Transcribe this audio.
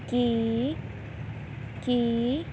ਕਿ ਕੀ